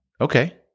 Okay